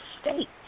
state